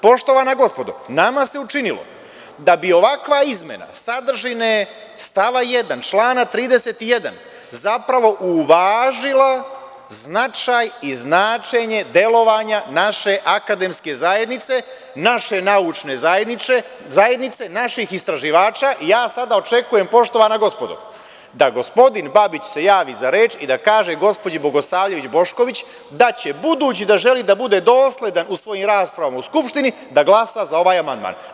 Poštovana gospodo, nama se učinilo da bi ovakva izmena sadržine stava 1. člana 31. zapravo uvažila značaj i značenje delovanja naše akademske zajednice, naše naučne zajednice, naših istraživača i ja sada očekujem, poštovanagospodo, da gospodin Babić se javi za reč i da kaže gospođo Bogosavljević Bošković, da će budući da želi da bude dosledan u svojim raspravama u Skupštini da glasa za ovaj amandman.